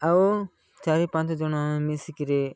ଆଉ ଚାରି ପାଞ୍ଚ ଜଣ ମିଶି କରି